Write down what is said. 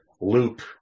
loop